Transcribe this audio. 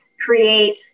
create